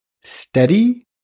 steady